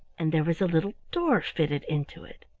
and there was a little door fitted into it.